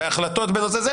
בהחלטות בנושא זה,